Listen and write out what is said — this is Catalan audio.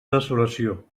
desolació